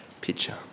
picture